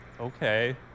okay